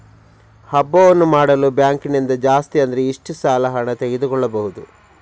ಹಬ್ಬವನ್ನು ಮಾಡಲು ಬ್ಯಾಂಕ್ ನಿಂದ ಜಾಸ್ತಿ ಅಂದ್ರೆ ಎಷ್ಟು ಸಾಲ ಹಣ ತೆಗೆದುಕೊಳ್ಳಬಹುದು?